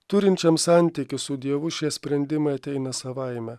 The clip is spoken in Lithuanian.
turinčiam santykius su dievu šie sprendimai ateina savaime